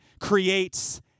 creates